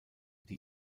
die